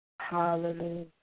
Hallelujah